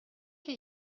che